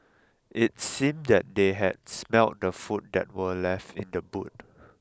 it seemed that they had smelt the food that were left in the boot